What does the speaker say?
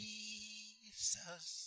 Jesus